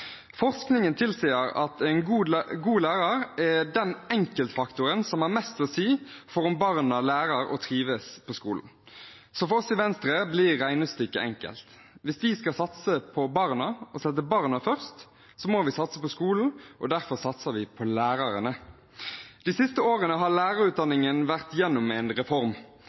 Forskningen tilsier at en god lærer er den enkeltfaktoren som har mest å si for om barna lærer og trives på skolen. For oss i Venstre blir regnestykket enkelt. Hvis vi skal satse på barna og sette barna først, må vi satse på skolen. Derfor satser vi på lærerne. De siste årene har lærerutdanningen vært igjennom en reform.